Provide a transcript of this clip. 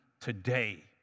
today